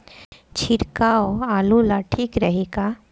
छिड़काव आलू ला ठीक रही का?